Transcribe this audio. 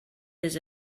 his